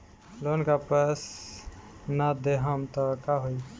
Loan का पैस न देहम त का होई?